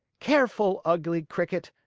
careful, ugly cricket!